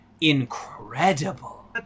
incredible